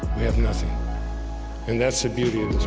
we have nothing and that's the beauty of this